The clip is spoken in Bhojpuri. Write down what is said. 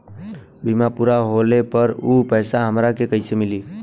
बीमा पूरा होले पर उ पैसा हमरा के कईसे मिली?